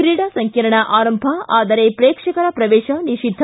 ಕ್ರೀಡಾ ಸಂರ್ಕೀಣ ಆರಂಭ ಆದರೆ ಪ್ರೇಕ್ಷಕರ ಪ್ರವೇಶ ನಿಷಿದ್ದ